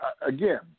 again